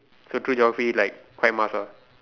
so through geography like quite must ah